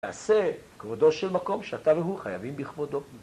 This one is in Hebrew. ‫תעשה כבודו של מקום ‫שאתה והוא חייבים בכבודו.